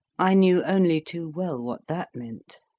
i knew only too well what that meant.